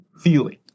feeling